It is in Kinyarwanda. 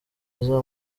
aza